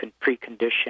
precondition